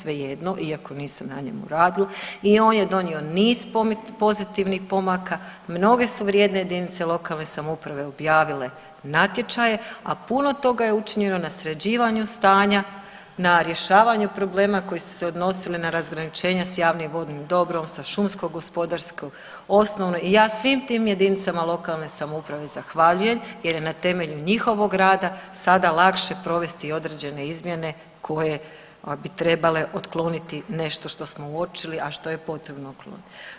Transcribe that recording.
Svejedno iako nisam na njemu radila i on je donio niz pozitivnih pomaka, mnoge su vrijedne jedinice lokalne samouprave objavile natječaje, a puno toga je učinjeno na sređivanju stanja, na rješavanju problema koji su se odnosili na razgraničenje s javnim i vodnim dobrom, sa šumsko-gospodarsko osnovno i ja svim tim jedinicama lokalne samouprave zahvaljujem jer je na temelju njihovog rada sada lakše provesti i određene izmjene koje ako bi trebale otkloniti nešto što smo uočili a što je potrebno otkloniti.